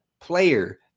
player